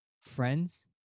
Friends